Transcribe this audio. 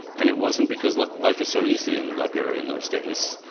and it wasn't because life is so easy in liberia in those days.